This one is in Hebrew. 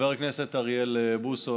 חבר הכנסת אריאל בוסו,